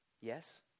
Yes